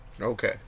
Okay